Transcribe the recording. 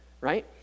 right